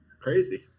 crazy